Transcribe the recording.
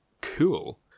cool